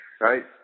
Right